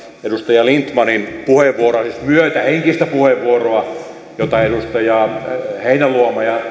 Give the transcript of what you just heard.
edustaja lindtmanin puheenvuoroa siis myötähenkistä puheenvuoroa jota edustajat heinäluoma ja